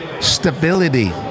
stability